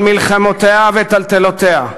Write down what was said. על מלחמותיה וטלטלותיה,